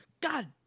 God